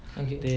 okay